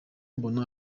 mbona